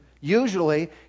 Usually